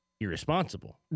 irresponsible